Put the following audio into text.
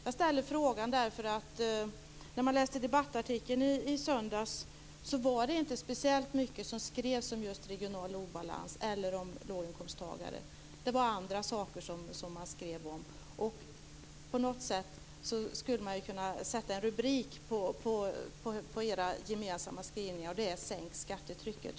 Jag ställer frågan, därför att när man läste debattartikeln i söndags var det inte speciellt mycket som skrevs om just regional obalans eller om låginkomsttagare. Det var andra saker som man skrev om. På något sätt skulle man kunna sätta en rubrik på era gemensamma skrivningar, och det är Sänk skattetrycket.